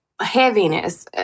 heaviness